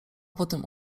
potem